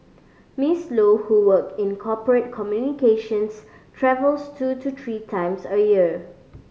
Miss Low who work in corporate communications travels two to three times a year